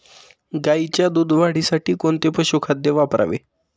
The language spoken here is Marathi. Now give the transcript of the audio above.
गाईच्या दूध वाढीसाठी कोणते पशुखाद्य वापरावे?